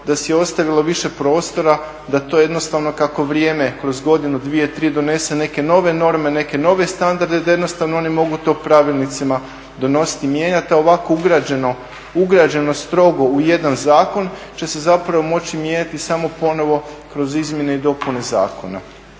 da si je ostavilo više prostora da to jednostavno kako vrijeme kroz godinu, dvije, tri donese neke nove norme, neke nove standarde da jednostavno oni mogu to pravilnicima donositi i mijenjati. A ovako ugrađeno, ugrađeno strogo u jedan zakon će se zapravo moći mijenjati samo ponovno kroz izmjene i dopune zakona.